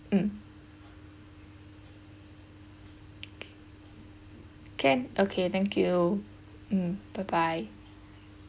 mm can okay thank you mm bye bye